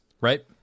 Right